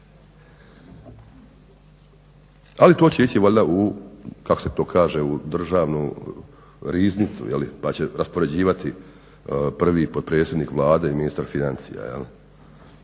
Ali to će ići valjda u državnu riznicu pa će raspoređivati prvi potpredsjednik Vlade i ministar financija.